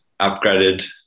upgraded